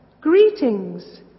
Greetings